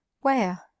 where